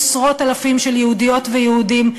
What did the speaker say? עשרות אלפים של יהודיות ויהודים,